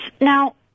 Now